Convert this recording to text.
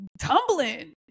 tumbling